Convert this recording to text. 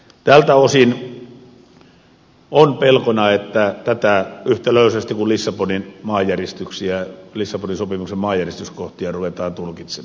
tältä osin on pelkona että tätä ruvetaan tulkitsemaan yhtä löysästi kuin lissabonin sopimuksen maanjäristyskohtia